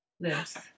lives